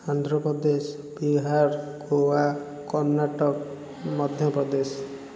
Andhra Pradesh Bihar Goa Karnataka Madhya Pradesh